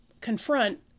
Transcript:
confront